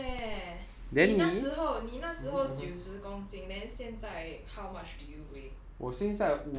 夸张 eh 你那时候你那时候九十公斤 then 现在 how much do you weigh